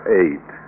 eight